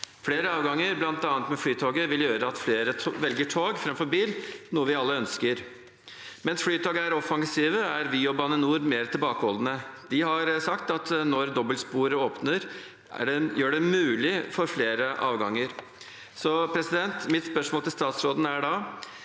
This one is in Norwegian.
Flere avganger, bl.a. med Flytoget, vil gjøre at flere velger tog framfor bil, noe vi alle ønsker. Mens Flytoget er offensive, er Vy og Bane NOR mer tilbakeholdne. Vy har sagt at åpning av dobbeltsporet gjør det mulig med flere avganger. Mitt spørsmål til statsråden er da: